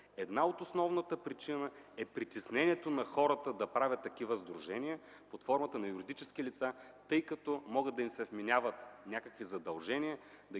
Една от основните причини е притеснението на хората да правят такива сдружения под формата на юридически лица, тъй като могат да им се вменяват някакви задължения,